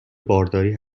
بارداری